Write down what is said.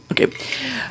Okay